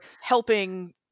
helping-